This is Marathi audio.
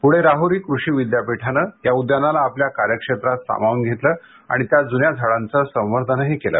पुढे राहुरी कृषी विद्यापीठाने या उद्यानाला आपल्या कार्यक्षेत्रात सामावून घेतले आणि त्या जुन्या झाडांचे संवर्धनही केलं